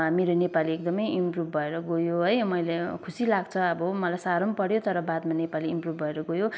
मेरो नेपाली एकदमै इम्प्रुभ भएर गयो है मैले खुसी लाग्छ अब मलाई सारो पनि पर्यो तर बादमा नेपाली इम्प्रुभ भएर गयो